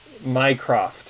Minecraft